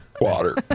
Water